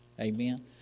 Amen